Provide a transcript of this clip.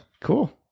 Cool